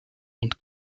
und